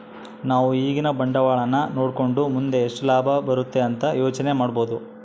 ನಾವು ಈಗಿನ ಬಂಡವಾಳನ ನೋಡಕಂಡು ಮುಂದೆ ಎಷ್ಟು ಲಾಭ ಬರುತೆ ಅಂತ ಯೋಚನೆ ಮಾಡಬೋದು